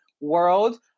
world